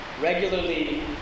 regularly